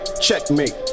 checkmate